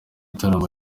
gitaramo